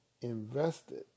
invested